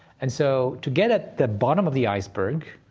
and so to get at the bottom of the iceberg,